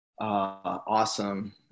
Awesome